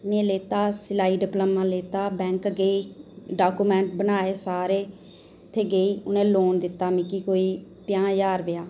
में लैता सिलाई डिप्लोमा लैता बैंक गेई डाक्यूमेंट बनाए सारे उत्थै गेई ते उ'नें लोन दित्ता मिगी कोई पंजाह् ज्हार रपेआ